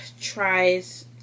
tries